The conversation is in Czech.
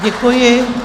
Děkuji.